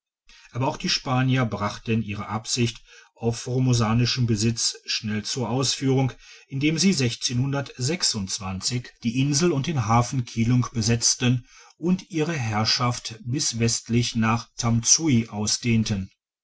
aber auch die spanier brachten ihre absichten auf formosanischen besitz schnell zur ausführung indem sie die insel und den hafen kilung besetzten und ihre herrschaft bis westlich nach tamsui ausdehnten